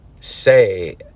say